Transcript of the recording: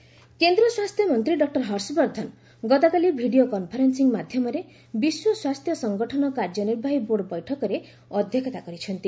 ହର୍ଷବର୍ଦ୍ଧନ କେନ୍ଦ୍ର ସ୍ୱାସ୍ଥ୍ୟମନ୍ତ୍ରୀ ଡକ୍କର ହର୍ଷବର୍ଦ୍ଧନ ଗତକାଲି ଭିଡ଼ିଓ କନ୍ଫରେନ୍ଦିଂ ମାଧ୍ୟମରେ ବିଶ୍ୱ ସ୍ୱାସ୍ଥ୍ୟ ସଙ୍ଗଠନ କାର୍ଯ୍ୟନିର୍ବାହୀ ବୋର୍ଡ଼ ବୈଠକରେ ଅଧ୍ୟକ୍ଷତା କରିଛନ୍ତି